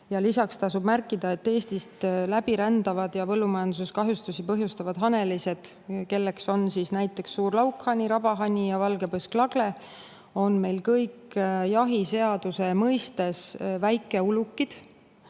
Lisaks tasub märkida, et Eestist läbi rändavad ja põllumajanduses kahjustusi põhjustavad hanelised, kelleks on näiteks suur-laukhani, rabahani ja valgepõsk-lagle, on meil kõik jahiseaduse mõistes väikeulukid